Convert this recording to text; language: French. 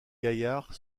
gaillard